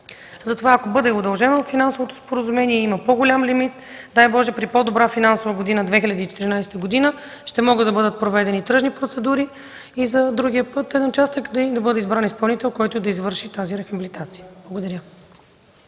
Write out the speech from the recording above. Затова ако бъде удължено финансовото споразумение и има по-голям лимит, дай Боже, при по-добра финансова 2014 година, ще могат да бъдат проведени тръжни процедури и за другия пътен участък и да бъде избран изпълнител, който да извърши тази рехабилитация. Благодаря.